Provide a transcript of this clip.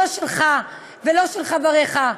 לא שלך ולא של חבריך,